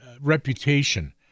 reputation